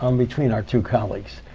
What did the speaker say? um between our two colleagues,